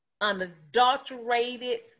unadulterated